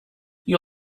you